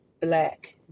black